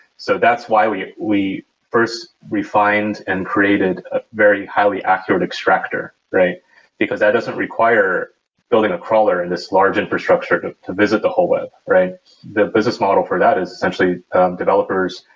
so that's why we we first refined and created a very highly accurate extractor, because that doesn't require building a crawler in this large infrastructure to to visit the whole web. the business model for that is essentially developers,